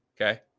okay